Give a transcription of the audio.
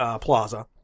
Plaza